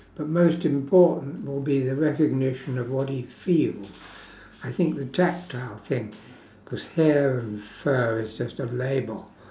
but most important will be the recognition of what he feels I think a tactile thing cause hair and fur is just a label